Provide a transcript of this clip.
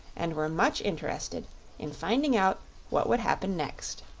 and were much interested in finding out what would happen next.